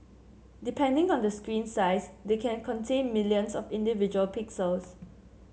depending on the screen size they can contain millions of individual pixels